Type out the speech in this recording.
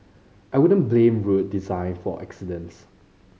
I wouldn't blame road design for the accidents